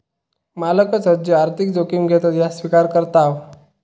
मालकच हत जे आर्थिक जोखिम घेतत ह्या स्विकार करताव